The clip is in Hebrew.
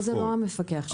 אבל כאן זה לא המפקח שלך.